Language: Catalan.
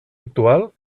actual